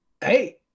Hey